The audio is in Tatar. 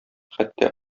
хәтта